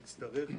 נצטרך,